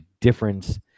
difference